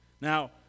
Now